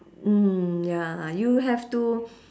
mm ya you have to